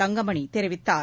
தங்கமணி தெரிவித்தார்